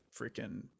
freaking